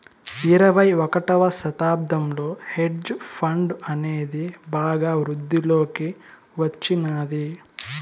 ఇరవై ఒకటవ శతాబ్దంలో హెడ్జ్ ఫండ్ అనేది బాగా వృద్ధిలోకి వచ్చినాది